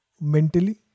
mentally